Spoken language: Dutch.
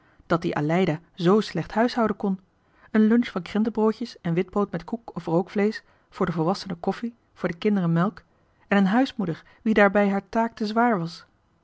dat die aleida zoo slecht huishouden kon een lunch van krentenbroodjes en witbrood met koek of rookvleesch voor de volwassenen koffie voor de kinderen melk en een huismoeder wie daarbij haar taak te zwaar was